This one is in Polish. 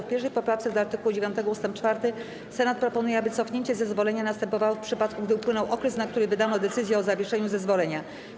W 1. poprawce do art. 9 ust. 4 Senat proponuje, aby cofnięcie zezwolenia następowało w przypadku, gdy upłynął okres, na który wydano decyzję o zawieszeniu zezwolenia.